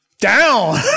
Down